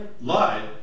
lied